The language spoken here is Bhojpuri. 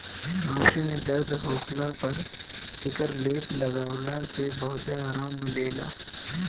आंखी में दर्द होखला पर एकर लेप लगवला से बहुते आराम मिलेला